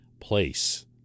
place